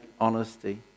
honesty